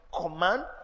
command